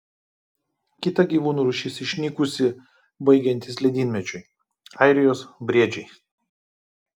kita gyvūnų rūšis išnykusi baigiantis ledynmečiui airijos briedžiai